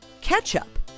ketchup